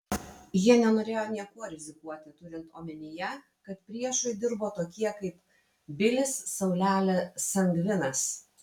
jie nenorėjo niekuo rizikuoti turint omenyje kad priešui dirbo tokie kaip bilis saulelė sangvinas